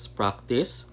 practice